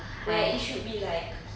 where it should be like